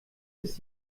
ist